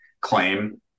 claim